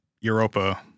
Europa